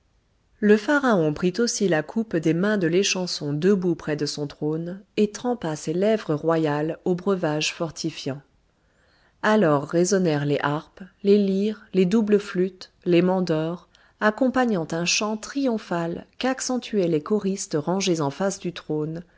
le pharaon prit aussi la coupe des mains de l'échanson debout près de son trône et trempa ses lèvres royales au breuvage fortifiant alors résonnèrent les harpes les lyres les doubles flûtes les mandores accompagnant un chant triomphal qu'accentuaient les choristes rangés en face du trône